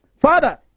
Father